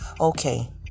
Okay